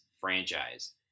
franchise